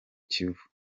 kivu